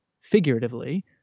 figuratively